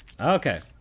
Okay